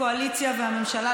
הקואליציה והממשלה,